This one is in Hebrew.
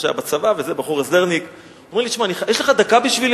היה בצבא, הסדרניק, אומר לי: יש לך דקה בשבילי?